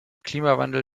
klimawandel